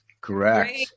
Correct